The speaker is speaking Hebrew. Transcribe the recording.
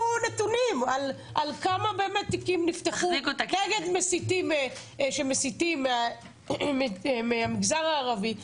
נתונים על כמה באמת תיקים נפתחים נגד מסיתים שמסיתים מהמגזר הערבי.